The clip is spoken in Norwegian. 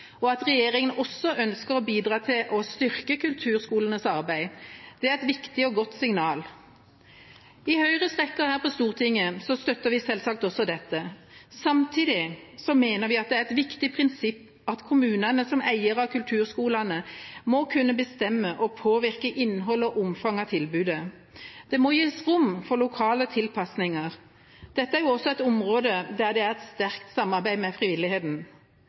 og at regjeringa også ønsker å bidra til å styrke kulturskolenes arbeid. Det er et viktig og godt signal. I Høyres rekker her på Stortinget støtter vi selvsagt også dette. Samtidig mener vi at det er et viktig prinsipp at kommunene, som eiere av kulturskolene, må kunne bestemme og påvirke innhold og omfang av tilbudet. Det må gis rom for lokale tilpasninger. Dette er også et område der det er et sterkt samarbeid med